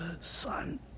son